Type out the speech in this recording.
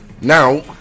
Now